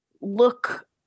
look